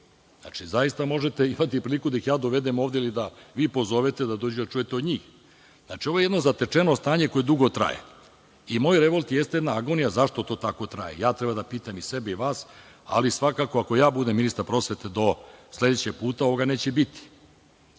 Znači, zaista možete imati priliku da ih ja dovedem ovde ili da vi pozovete da dođu da čujete od njih. Znači, ovo je jedno zatečeno stanje koje dugo traje. Moj revolt jeste jedna agonija zašto to tako traje. To ja treba da pitam i sebe i vas, ali svakako, ako ja budem ministar prosvete do sledećeg puta, ovoga neće biti.